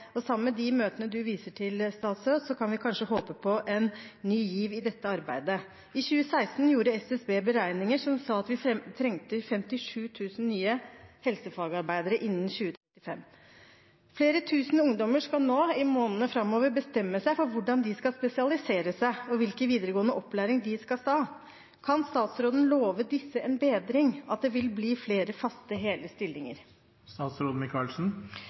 sammen med de møtene statsråden viser til, kan vi kanskje håpe på en ny giv i dette arbeidet. I 2016 gjorde SSB beregninger som sa at vi trengte 57 000 nye helsefagarbeidere innen 2035. Flere tusen ungdommer skal nå, i månedene framover, bestemme seg for hvordan de skal spesialisere seg, og hvilken videregående opplæring de skal ta. Kan statsråden love disse en bedring – at det vil bli flere faste hele stillinger?